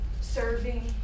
serving